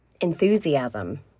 Enthusiasm